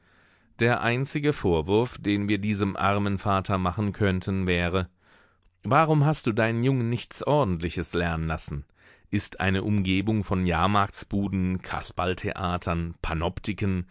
der einzige vorwurf den wir diesem armen vater machen könnten wäre warum hast du deinen jungen nichts ordentliches lernen lassen ist eine umgebung von jahrmarktsbuden kasperltheatern panoptiken